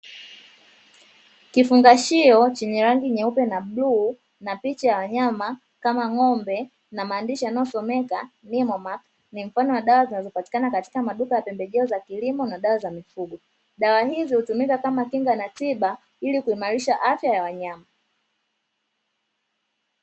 Kifungashio chenye rangi nyeupe na bluu na picha ya wanyama kama ng’ombe na maandishi yanayosomeka "nimonac", ni mfano wa dawa zinazopatikana kwenye maduka ya pembejeo za kilimo na dawa za mifugo. Dawa hizi hutumika kinga na tiba, ili kuimarisha afya za wanyama.